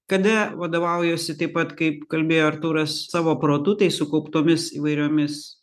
kada vadovaujuosi taip pat kaip kalbėjo artūras savo protu tai sukauptomis įvairiomis